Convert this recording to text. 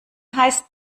heißt